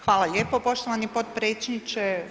Hvala lijepo poštovani potpredsjedniče.